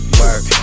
work